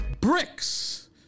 bricks